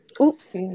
Oops